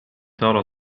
ترى